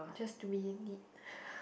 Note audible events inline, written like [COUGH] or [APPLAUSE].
just do we need [BREATH]